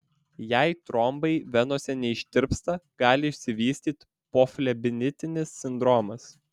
jei trombai venose neištirpsta gali išsivystyti poflebitinis sindromas